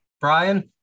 Brian